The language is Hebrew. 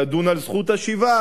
לדון על זכות השיבה,